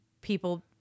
people